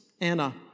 Anna